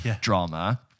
drama